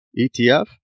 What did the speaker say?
ETF